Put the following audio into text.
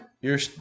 You're-